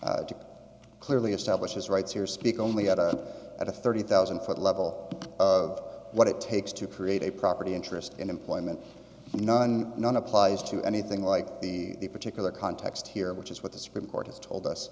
cites clearly establishes rights here speak only at a at a thirty thousand foot level of what it takes to create a property interest in employment none none applies to anything like the particular context here which is what the supreme court has told us